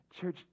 church